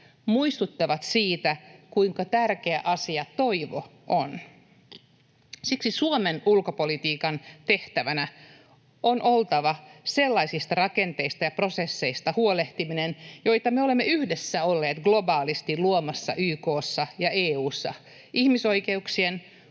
muistuttavat siitä, kuinka tärkeä asia toivo on. Siksi Suomen ulkopolitiikan tehtävänä on oltava sellaisista rakenteista ja prosesseista huolehtiminen, joita me olemme yhdessä olleet globaalisti luomassa YK:ssa ja EU:ssa ihmisoikeuksien,